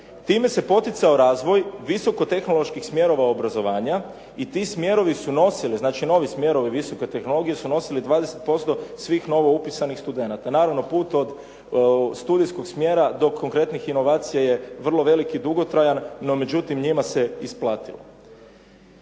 Time se poticao razvoj visoko-tehnoloških smjerova obrazovanja i ti smjerovi su nosili, znači novi smjerovi visoke tehnologije su nosili 20% svih novoupisanih studenata. Naravno, put od studijskog smjera do konkretnih inovacija je vrlo velik i dugotrajan, no međutim njima se isplatilo.